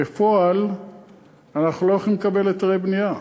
ובפועל אנחנו לא יכולים לקבל היתרי בנייה